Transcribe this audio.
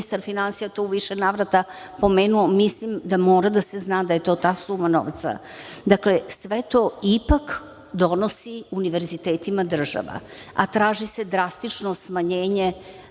ministar finansija to u više navrata pomenuo, mislim da mora da se zna da je to ta suma novca. Dakle, sve to ipak donosi univerzitetima država, a traži se drastično smanjenje